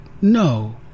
no